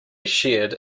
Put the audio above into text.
shared